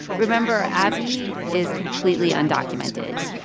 remember abby is completely undocumented.